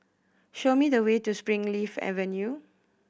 show me the way to Springleaf Avenue